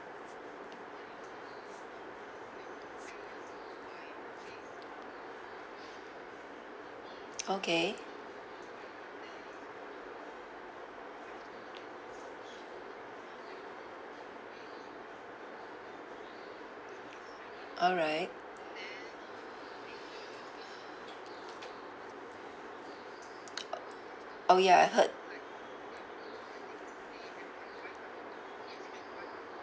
okay alright orh ya I heard